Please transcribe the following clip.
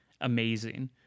amazing